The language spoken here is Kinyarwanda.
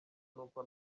n’uko